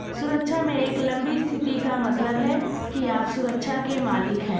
सुरक्षा में एक लंबी स्थिति का मतलब है कि आप सुरक्षा के मालिक हैं